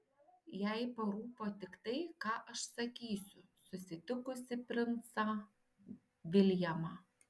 jai parūpo tik tai ką aš sakysiu susitikusi princą viljamą